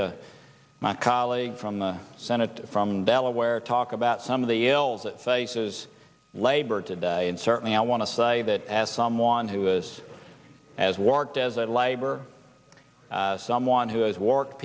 the my colleague from the senate from delaware talk about some of the ills that faces labor today and certainly i want to say that as someone who was as worked as i live or someone who has worked